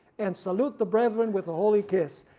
and salute the brethren with a holy kiss,